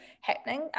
happening